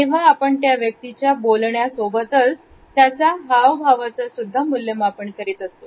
तेव्हा आपण त्या व्यक्तीच्या बोलल्या सोबतच त्याच्या हावभाव असेसुद्धा मूल्यमापन करतो